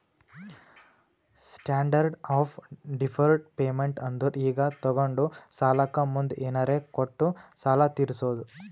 standard of deferred payment ಅಂದುರ್ ಈಗ ತೊಗೊಂಡ ಸಾಲಕ್ಕ ಮುಂದ್ ಏನರೇ ಕೊಟ್ಟು ಸಾಲ ತೀರ್ಸೋದು